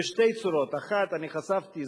בשתי צורות: אחת חשפתי,